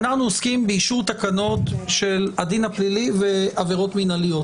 אנחנו עוסקים באישור תקנות של הדין הפלילי ועבירות מינהליות.